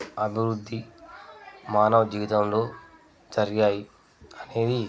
అభివృద్ధి మానవ జీవితంలో జరిగాయి అనేది